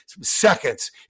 seconds